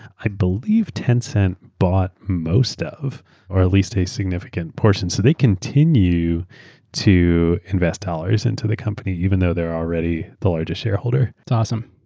i believe tencent bought most of or at least a significant portion. so they continue to invest dollars into the company even though they're already the largest shareholder. it's awesome.